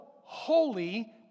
holy